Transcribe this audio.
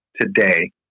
today